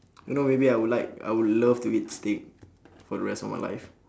you know maybe I would like I would love to eat steak for the rest of my life